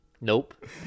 Nope